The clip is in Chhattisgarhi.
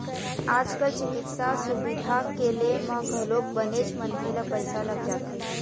आज कल चिकित्सा सुबिधा के ले म घलोक बनेच मनखे ल पइसा लग जाथे